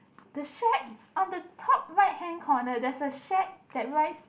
the shack on the top right hand corner there's a shack that writes